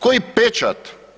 Koji pečat?